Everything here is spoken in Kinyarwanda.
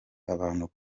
abantu